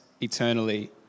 eternally